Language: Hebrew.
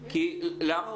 אמרתי.